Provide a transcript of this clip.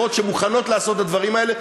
ושל מדינות שמוכנות לעשות את הדברים האלה,